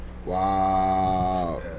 Wow